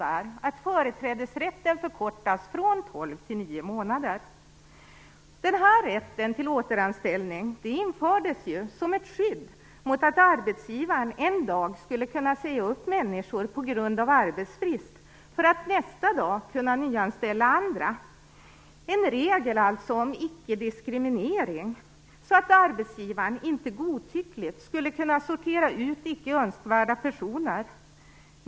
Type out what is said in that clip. Rätten till återanställning infördes ju som ett skydd mot att arbetsgivaren en dag skulle kunna säga upp människor på grund av arbetsbrist för att nästa dag kunna nyanställa andra - alltså en regel om ickediskriminering för att arbetsgivaren inte godtyckligt skulle kunna sortera ut icke önskvärda personer.